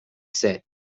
said